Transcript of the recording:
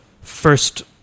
first